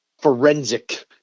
forensic